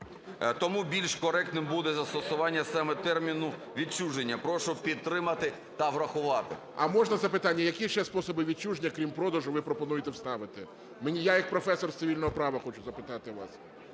Тому більш коректним буде застосування саме терміну відчуження. Прошу підтримати та врахувати. ГОЛОВУЮЧИЙ. А можна запитання: які ще способи відчуження, крім продажу, ви пропонуєте вставити? Я як професор з цивільного права хочу запитати вас.